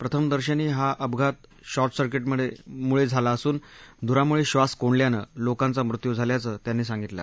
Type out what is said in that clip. प्रथमदर्शनी हा अपघात शॉर्टसर्किटमुळे झाला असून धुरामुळे ब्रास कोंडल्यानं लोकांचा मृत्यू झाल्याचं त्यांनी सांगितलं